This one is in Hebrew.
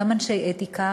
גם אנשי אתיקה,